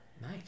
Nice